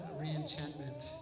re-enchantment